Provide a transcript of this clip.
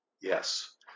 Yes